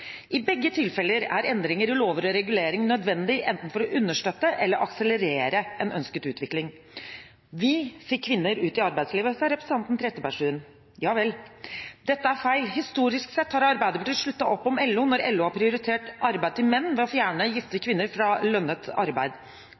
I begge tilfeller er endringer i lover og regulering nødvendig, enten for å understøtte eller akselerere en ønsket utvikling. Vi fikk kvinner ut i arbeidslivet, sa representanten Trettebergstuen. Ja vel, dette er feil. Historisk sett har Arbeiderpartiet sluttet opp om LO når LO har prioritert arbeid til menn ved å fjerne gifte kvinner fra lønnet arbeid.